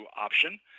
option